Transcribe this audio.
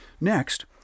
Next